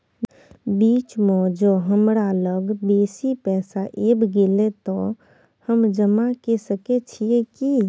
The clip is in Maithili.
बीच म ज हमरा लग बेसी पैसा ऐब गेले त हम जमा के सके छिए की?